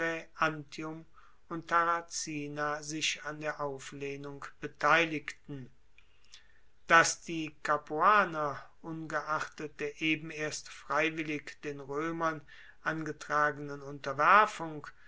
antium und tarracina sich an der auflehnung beteiligten dass die capuaner ungeachtet der eben erst freiwillig den roemern angetragenen unterwerfung